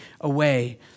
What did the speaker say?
away